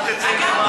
אל תצא עם,